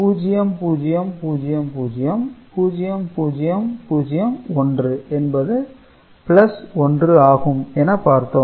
0000 0001 என்பது 1 ஆகும் என பார்த்தோம்